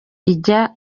ijya